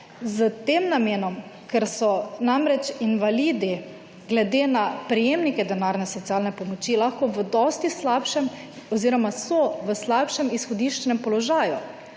s tem namenom, ker so namreč invalidi glede na prejemnike denarne socialne pomoči lahko v dosti slabšem oziroma so v slabšem izhodiščnem položaju.